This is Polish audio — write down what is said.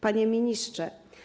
Panie Ministrze!